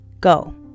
Go